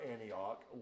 Antioch